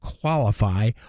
qualify